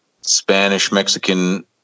Spanish-Mexican